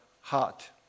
heart